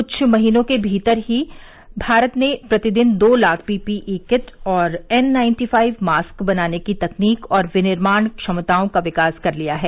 कुछ महीनों के भीतर ही मारत ने प्रतिदिन दो लाख पीपीई किट और एन नाइन्टी फाइव मास्क बनाने की तकनीक और विनिर्माण क्षमताओं का विकास कर लिया है